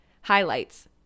highlights